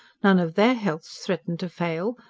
none of their healths threatened to fail,